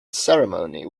ceremony